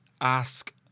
ask